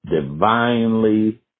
divinely